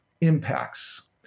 impacts